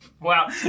Wow